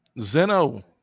Zeno